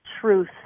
truth